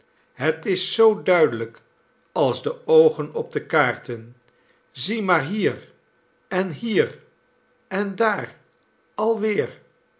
het is zoo duidelijk als de oogen op de kaarten zie maar hier en hier en daar alweer